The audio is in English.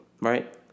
right